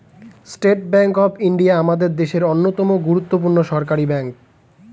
state Bank of India আমাদের দেশের অন্যতম গুরুত্বপূর্ণ সরকারি ব্যাঙ্ক